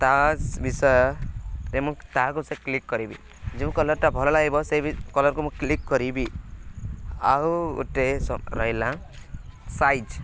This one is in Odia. ତା' ବିଷୟରେ ମୁଁ ତାହାକୁ ସେ କ୍ଲିକ୍ କରିବି ଯେଉଁ କଲର୍ଟା ଭଲ ଲାଗିବ ସେ କଲର୍କୁ ମୁଁ କ୍ଲିକ୍ କରିବି ଆଉ ଗୋଟେ ରହିଲା ସାଇଜ୍